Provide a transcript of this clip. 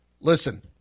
listen